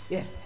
Yes